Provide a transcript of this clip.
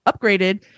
upgraded